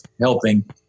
helping